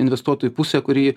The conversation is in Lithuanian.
investuotojų pusė kuri